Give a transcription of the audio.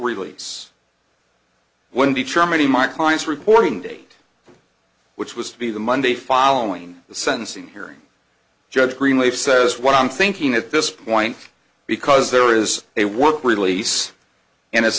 release when determining my client's reporting date which was to be the monday following the sentencing hearing judge greenleaf says what i'm thinking at this point because there is a work release and it's